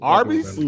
Arby's